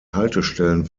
haltestellen